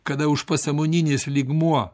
kada užpasąmoninis lygmuo